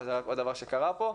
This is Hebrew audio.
זה דבר שקרה פה,